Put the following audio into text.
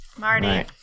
Marty